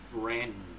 friend